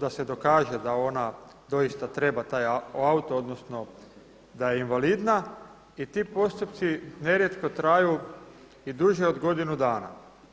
da se dokaže da ona doista treba taj auto, odnosno da je invalidna i ti postupci nerijetko traju i duže od godinu dana.